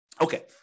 Okay